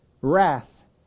wrath